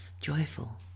joyful